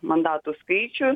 mandatų skaičių